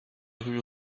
rues